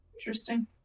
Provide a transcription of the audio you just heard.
Interesting